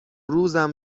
روزم